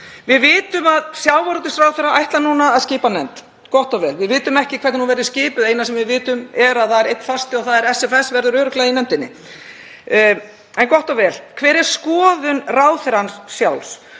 Við vitum að sjávarútvegsráðherra ætlar að skipa nefnd. Gott og vel. Við vitum ekki hvernig hún verður skipuð. Það eina sem við vitum er að það er einn fasti og það er að SFS verður örugglega í nefndinni. En hver er skoðun ráðherrans sjálfs?